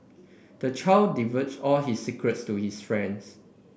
the child divulged all his secrets to his friends